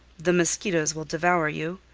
the mosquitoes will devour you.